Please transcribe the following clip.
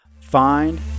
find